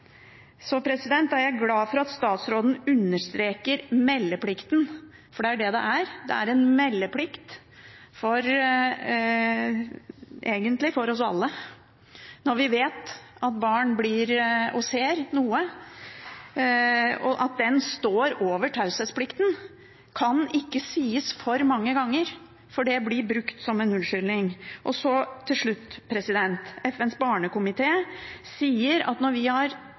er glad for at statsråden understreker meldeplikten, for det er det det er. Det er egentlig en meldeplikt for oss alle. Når vi vet og når vi ser noe som gjelder barn, står meldeplikten over taushetsplikten. Dette kan ikke sies for mange ganger, for det blir brukt som en unnskyldning. Til slutt: FNs barnekomité sier at når vi har